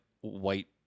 white